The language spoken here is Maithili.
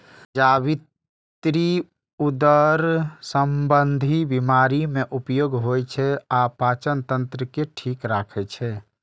जावित्री उदर संबंधी बीमारी मे उपयोग होइ छै आ पाचन तंत्र के ठीक राखै छै